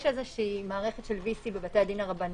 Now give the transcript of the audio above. יש איזושהי מערכת של VC בבתי הדין הרבניים,